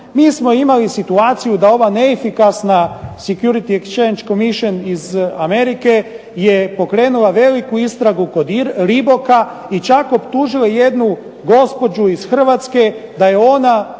Mi smo imali situaciju da ova neefikasna Security Exchange Commission iz Amerike je pokrenula veliku istragu kod Reeboka, i čak optužila jednu gospođu iz Hrvatske da je ona ostvarila